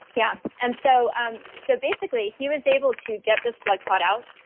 yeah and so um so basically, he was able to get this blood clot out.